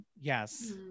Yes